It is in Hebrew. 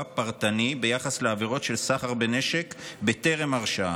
פרטני ביחס לעבירות של סחר בנשק בטרם הרשעה.